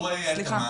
אי-התאמה,